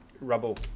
rubble